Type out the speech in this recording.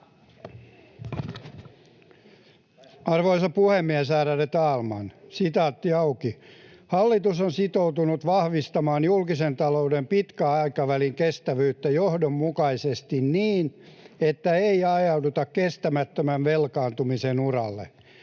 Arvoisa puhemies, ärade talman! ”Hallitus on sitoutunut vahvistamaan julkisen talouden pitkän aikavälin kestävyyttä johdonmukaisesti niin, että ei ajauduta kestämättömän velkaantumisen uralle,